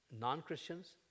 non-Christians